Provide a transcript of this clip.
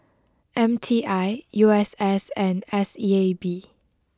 M T I U S S and S E A B